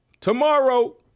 tomorrow